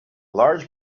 large